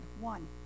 One